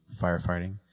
firefighting